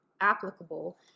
applicable